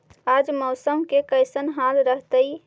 आज मौसम के कैसन हाल रहतइ?